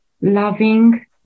loving